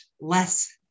less